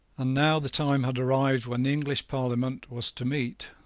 and now the time had arrived when the english parliament was to meet.